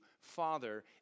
Father